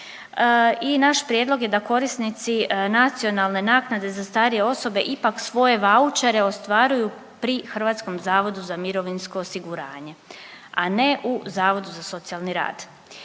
I naš prijedlog je da korisnici Nacionalne naknade za starije osobe ipak svoje vaučere ostvaruju pri Hrvatskom zavodu za mirovinsko osiguranje, a ne u Zavodu za socijalni rad.